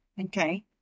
Okay